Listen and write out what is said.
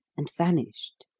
and vanished.